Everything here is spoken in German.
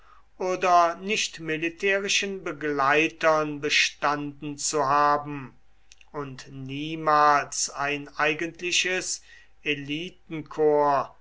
oder nichtmilitärischen begleitern bestanden zu haben und niemals ein eigentliches